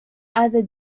either